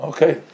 Okay